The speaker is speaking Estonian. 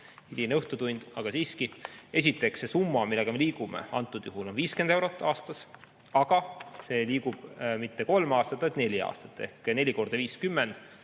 Hiline õhtutund, aga siiski. Esiteks, see summa, millega me liigume, on antud juhul 50 eurot aastas. Aga see liigub mitte kolm aastat, vaid neli aastat. Ehk siis